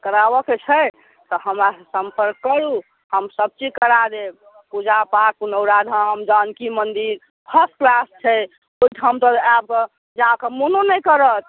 कराबैके छै तऽ हमरासँ सम्पर्क करू हम सभचीज करा देब पूजा पाठ पुनौराधाम जानकी मन्दिर फर्स्ट क्लास छै ओहिठाम तऽ आयब तऽ जाकऽ मोनो नहि करत